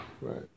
Right